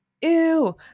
Ew